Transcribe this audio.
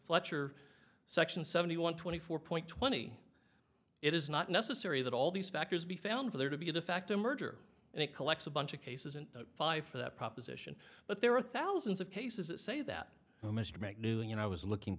fletcher section seventy one twenty four point twenty it is not necessary that all these factors be found for there to be a de facto merger and it collects a bunch of cases in five for that proposition but there are thousands of cases that say that oh mr make new and i was looking